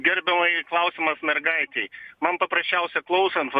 gerbiamai klausimas mergaitei man paprasčiausia klausant va